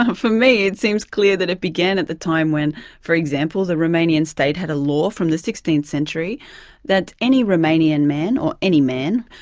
um for me it seems clear that it began at the time when for examples, the romanian state had a law from the sixteenth century that any romanian man or any man,